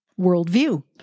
worldview